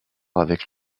avec